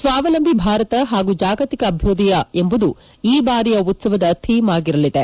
ಸ್ವಾವಲಂಬಿ ಭಾರತ ಹಾಗೂ ಜಾಗತಿಕ ಅಭ್ಯದಯ ಎಂಬುದು ಈ ಬಾರಿಯ ಉತ್ತವದ ಥೀಮ್ ಆಗಿರಲಿದೆ